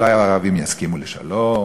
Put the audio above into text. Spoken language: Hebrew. אולי הערבים יסכימו לשלום,